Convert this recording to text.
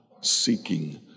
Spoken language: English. seeking